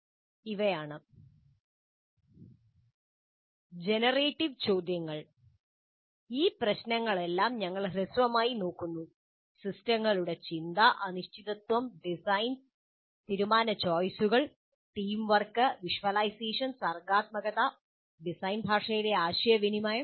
htm ഇവയാണ് generative ചോദ്യങ്ങൾ ഈ പ്രശ്നങ്ങളെല്ലാം ഞങ്ങൾ ഹ്രസ്വമായി നോക്കുന്നു സിസ്റ്റങ്ങളുടെ ചിന്ത അനിശ്ചിതത്വം ഡിസൈൻ തീരുമാനചോയിസുകൾ ടീം വർക്ക് വിഷ്വലൈസേഷൻ സർഗ്ഗാത്മകത ഡിസൈൻ ഭാഷകളിലെ ആശയവിനിമയം